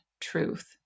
truth